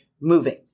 moving